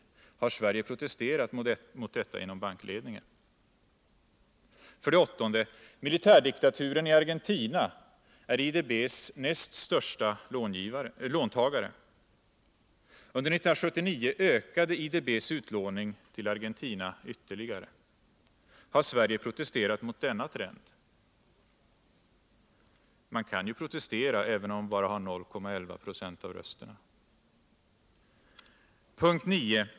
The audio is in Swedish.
Har Sverige protesterat mot detta inom bankledningen? 8. Militärdiktaturen i Argentina är IDB:s näst största låntagare. Under 1979 ökade IDB:s utlåning till Argentina ytterligare. Har Sverige protesterat mot denna trend? Man kan ju protestera även om man bara har 0,11 96 av rösterna. 9.